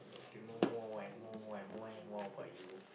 to know more and more and more and more about you